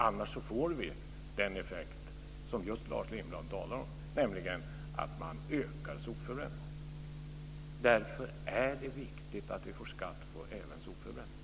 Annars får vi just den effekt som Lars Lindblad talar om, nämligen att man ökar sopförbränningen. Därför är det viktigt att vi får skatt även på sopförbränning.